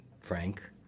Frank